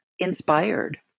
inspired